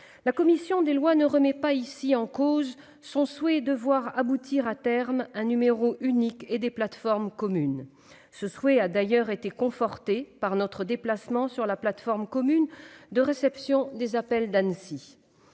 La commission des lois ne remet pas ici en question son souhait de voir aboutir, à terme, un numéro unique et des plateformes communes. Ce souhait a d'ailleurs été conforté par notre déplacement sur la plateforme commune de réception des appels d'Annecy.